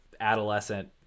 adolescent